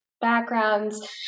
backgrounds